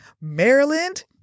Maryland